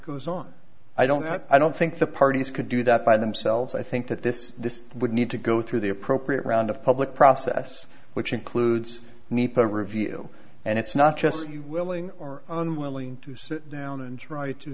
goes on i don't know i don't think the parties could do that by themselves i think that this would need to go through the appropriate round of public process which includes need to review and it's not just you willing or unwilling to sit down and try to